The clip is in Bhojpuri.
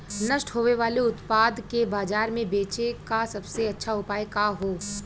नष्ट होवे वाले उतपाद के बाजार में बेचे क सबसे अच्छा उपाय का हो?